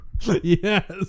Yes